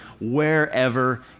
wherever